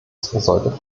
sollte